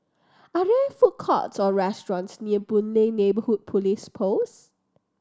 are there food courts or restaurants near Boon Lay Neighbourhood Police Post